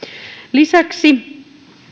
lisäksi